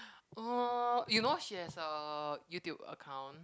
oh you know she has a YouTube account